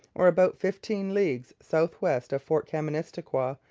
or about fifteen leagues south-west of fort kaministikwia,